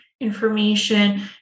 information